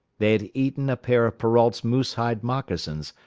they had eaten a pair of perrault's moose-hide moccasins,